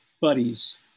buddies